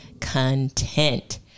content